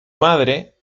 madre